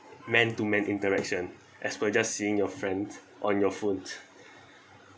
man to man interaction as we're just seeing your friends on your phones